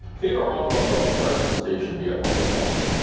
theodore roosevelt thought the presidency should be a bully pulpit.